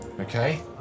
okay